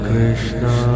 Krishna